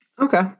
Okay